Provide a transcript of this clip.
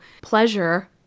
pleasure